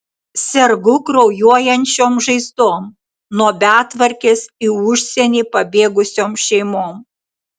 sergu kraujuojančiom žaizdom nuo betvarkės į užsienį pabėgusiom šeimom